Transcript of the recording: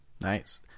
Nice